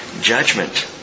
judgment